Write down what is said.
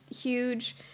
huge